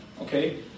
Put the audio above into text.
Okay